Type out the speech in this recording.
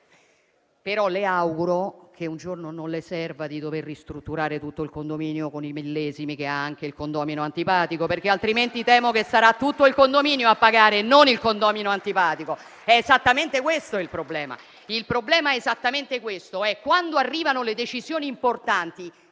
però che un giorno non le serva di dover ristrutturare tutto il condominio con i millesimi che ha anche il condomino antipatico; altrimenti temo che sarà tutto il condominio a pagare e non il condominio antipatico. È esattamente questo il problema. Quando arrivano le decisioni importanti,